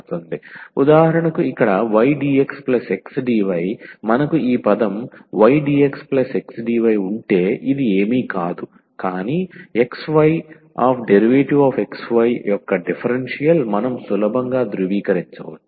ఉదాహరణకు ఇక్కడ ydxxdy మనకు ఈ పదం ydxxdy ఉంటే ఇది ఏమీ కాదు కానీ xy dxyయొక్క డిఫరెన్షియల్ మనం సులభంగా ధృవీకరించవచ్చు